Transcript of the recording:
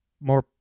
more